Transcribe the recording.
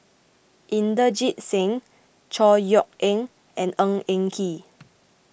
Inderjit Singh Chor Yeok Eng and Ng Eng Kee